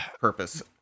purpose